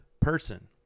person